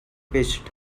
pitched